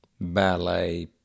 ballet